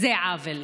זה עוול.